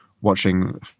watching